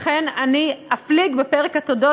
לכן אני אפליג בפרק התודות,